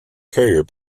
carrier